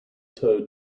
towed